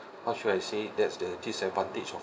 how should I say that's the disadvantage of